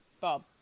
Bob